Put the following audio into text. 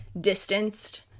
distanced